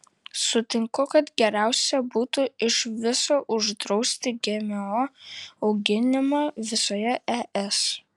sutinku kad geriausia būtų iš viso uždrausti gmo auginimą visoje es